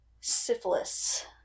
syphilis